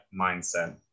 mindset